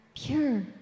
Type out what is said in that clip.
pure